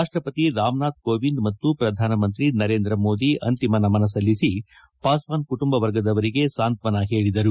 ರಾಷ್ಟಪತಿ ರಾಮನಾಥ್ ಕೋವಿಂದ್ ಮತ್ತು ಪ್ರಧಾನಮಂತ್ರಿ ನರೇಂದ್ರ ಮೋದಿ ಅಂತಿಮ ನಮನ ಸಲ್ಲಿಸಿ ಪಾಸ್ವಾನ್ ಕುಟುಂಬ ವರ್ಗದವರಿಗೆ ಸಾಂತ್ವನ ಹೇಳಿದ್ದರು